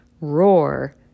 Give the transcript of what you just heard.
roar